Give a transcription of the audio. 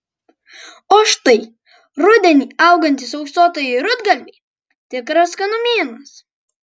o štai rudenį augantys auksuotieji rudgalviai tikras skanumynas